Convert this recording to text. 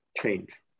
change